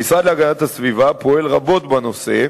המשרד להגנת הסביבה פועל רבות בנושא,